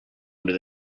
under